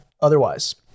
otherwise